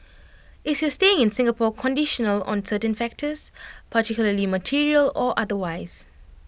is your staying in Singapore conditional on certain factors particularly material or otherwise